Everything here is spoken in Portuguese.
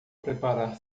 preparar